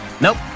Nope